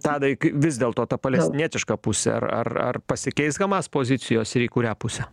tadai vis dėlto ta palestinietiška pusė ar ar ar pasikeis hamas pozicijos ir į kurią pusę